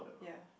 yeah